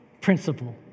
principle